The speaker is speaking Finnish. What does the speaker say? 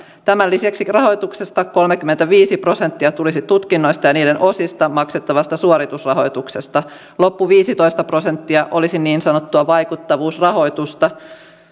tämän lisäksi rahoituksesta kolmekymmentäviisi prosenttia tulisi tutkinnoista ja niiden osista maksettavasta suoritusrahoituksesta loppu viisitoista prosenttia olisi niin sanottua vaikuttavuusrahoitusta